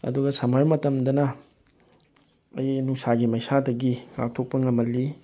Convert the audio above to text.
ꯑꯗꯨꯒ ꯁꯝꯃꯔ ꯃꯇꯝꯗꯅ ꯑꯩ ꯅꯨꯡꯁꯥꯒꯤ ꯃꯩꯁꯥꯗꯒꯤ ꯉꯥꯛꯊꯣꯛꯄ ꯉꯝꯍꯜꯂꯤ